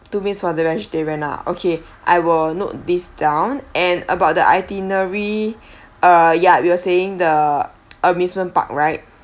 two meals for the vegetarian ah okay I will note this down and about the itinerary ah ya you were saying the amusement park right